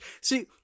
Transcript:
See